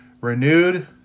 renewed